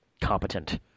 competent